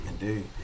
indeed